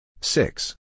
six